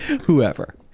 whoever